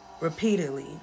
repeatedly